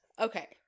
okay